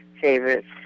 favorites